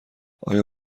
آیا